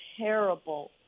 terrible